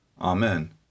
Amen